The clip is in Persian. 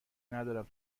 ندارم